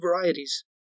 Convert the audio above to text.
varieties